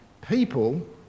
people